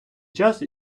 час